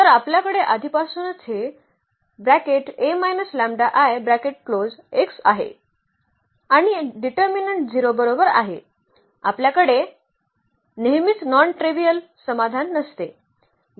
तर आपल्याकडे आधीपासूनच हे आहे आणि डिटर्मिनन्ट 0 बरोबर आहे आपल्याकडे नेहमीच नॉन ट्रेव्हीअल समाधान नसते